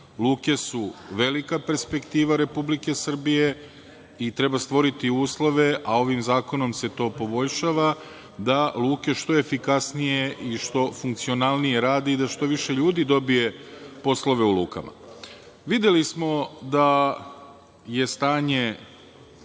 Luke su velika perspektiva Republike Srbije i treba stvoriti uslove, a ovim zakonom se to poboljšava, da luke što efikasnije i što funkcionalnije rade i da što više ljudi dobije poslove u lukama. Videli smo da je stanje